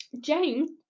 James